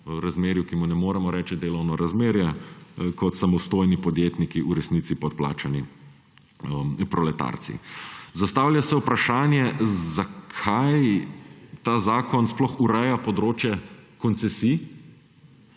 razmerju, ki mu ne moremo reči delovno razmerje, kot samostojni podjetniki, v resnici podplačani proletarci. Zastavlja se vprašanje, zakaj ta zakon sploh ureja področje koncesij.